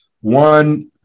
One